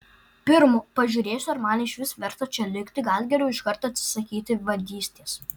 pirm pažiūrėsiu ar man išvis verta čia likti gal geriau iškart atsisakyti vadystės